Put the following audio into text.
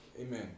Amen